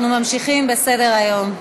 אנחנו ממשיכים בסדר-היום.